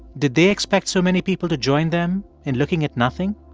did they expect so many people to join them in looking at nothing?